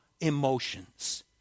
emotions